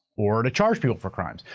or to charge people for crimes.